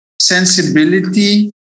sensibility